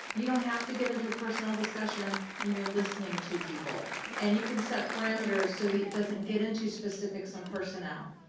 you don't have to get into a personnel discussion when you're listening to people and you can set parameters so that it doesn't get into specifics on personnel.